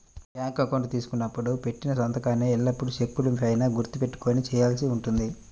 bank account తీసుకున్నప్పుడు పెట్టిన సంతకాన్నే ఎల్లప్పుడూ చెక్కుల పైన గుర్తు పెట్టుకొని చేయాల్సి ఉంటుంది